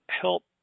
help